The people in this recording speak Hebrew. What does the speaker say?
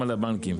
הבנקים,